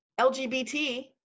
LGBT